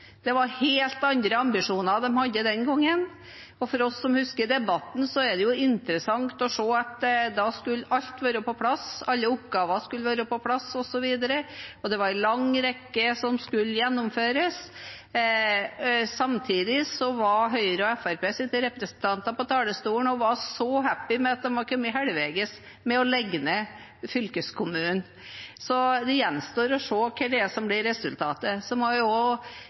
Det var helt andre ambisjoner de hadde den gangen. Og for oss som husker debatten, er det interessant å se at da skulle alt være på plass. Alle oppgaver skulle være på plass, og det var en lang rekke som skulle gjennomføres. Samtidig var Høyre og Fremskrittspartiets representanter på talerstolen og var så «happy» med at de var kommet halvveis med å legge ned fylkeskommunen. Så det gjenstår å se hva som blir resultatet.